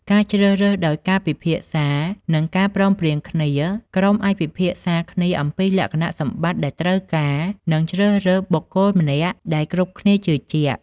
ការជ្រើសរើសដោយការពិភាក្សា និងការព្រមព្រៀងគ្នា ក្រុមអាចពិភាក្សាគ្នាអំពីលក្ខណៈសម្បត្តិដែលត្រូវការ និងជ្រើសរើសបុគ្គលម្នាក់ដែលគ្រប់គ្នាជឿជាក់។